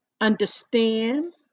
understand